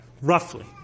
roughly